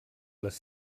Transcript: les